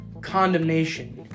condemnation